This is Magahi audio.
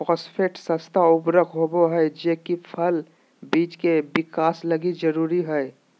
फास्फेट सस्ता उर्वरक होबा हइ जे कि फल बिज के विकास लगी जरूरी हइ